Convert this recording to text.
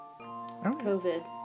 COVID